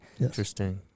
interesting